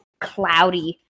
cloudy